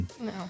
No